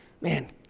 man